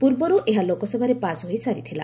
ପୂର୍ବରୁ ଏହା ଲୋକସଭାରେ ପାସ୍ ହୋଇସାରିଥିଲା